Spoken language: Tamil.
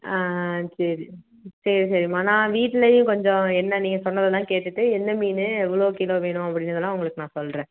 ஆ ஆ சரி சரி சரிம்மா நான் வீட்டிலேயும் கொஞ்சம் என்னென்னு நீங்கள் சொன்னதெல்லாம் கேட்டுவிட்டு என்ன மீன் எவ்வளோ கிலோ வேணும் அப்டிங்கிறதெல்லாம் உங்களுக்கு நான் சொல்கிறேன்